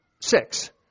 Six